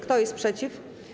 Kto jest przeciw?